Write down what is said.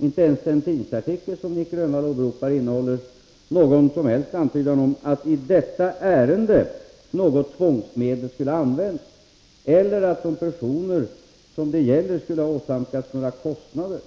Inte ens den av Nic Grönvall åberopade tidningsartikeln innehåller någon som helst antydan om att tvångsmedel skulle ha använts i detta ärende eller att de personer som det gäller skulle ha åsamkats några kostnader.